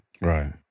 Right